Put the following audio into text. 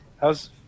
How's